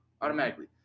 automatically